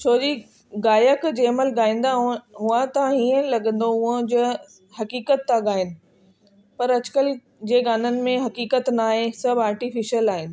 छो जी गायक जंहिंमहिल गाईंदा हुआ त हीअं लॻंदो हुओ जंहिं हकीततु त गाइन पर अॼुकल्ह जे गाननि में हकीततु न आहे सभु आर्टिफिशयल आहिनि